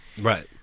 Right